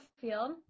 field